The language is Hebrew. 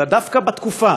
אלא דווקא בתקופה